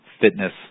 fitness